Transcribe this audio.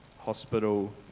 hospital